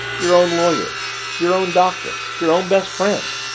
your own lawyer your own doctor your own best friend.